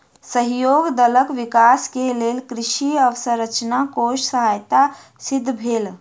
सहयोग दलक विकास के लेल कृषि अवसंरचना कोष सहायक सिद्ध भेल